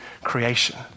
creation